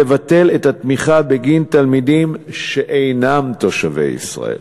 לבטל את התמיכה בגין תלמידים שאינם תושבי ישראל.